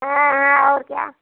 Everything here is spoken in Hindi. हाँ हाँ और क्या